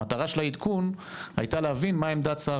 המטרה של העדכון הייתה להבין מה עמדת שר